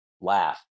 laugh